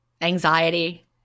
anxiety